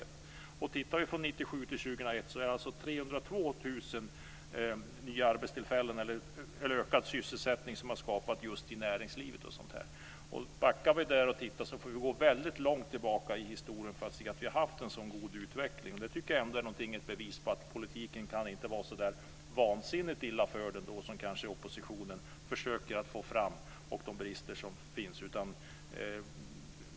Tittar vi på perioden 1997-2001 ser vi att 302 000 nya arbetstillfällen har skapats i näringslivet. Backar vi och tittar får vi gå väldigt långt tillbaka i historien för att se en sådan god utveckling. Det tycker jag ändå är ett bevis på att politiken inte kan vara så vansinnigt illa förd och ha så många brister som oppositionen försöker få det till.